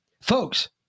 Folks